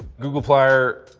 googleplier,